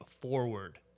forward